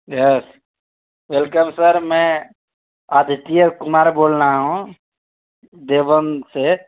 گھر welcome sir میں آدتیہ کمار بول رہا ہوں دیوبند سے